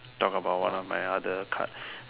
talk about one of my other cards